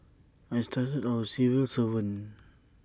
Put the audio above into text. I started out as A civil servant